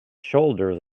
shoulders